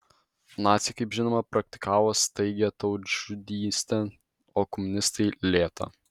naciai kaip žinoma praktikavo staigią tautžudystę o komunistai lėtą